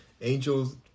angels